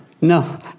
no